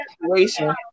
situation